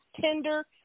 tender